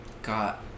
got